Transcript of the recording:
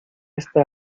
está